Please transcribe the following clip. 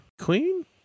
queen